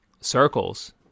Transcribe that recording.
circles